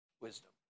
wisdom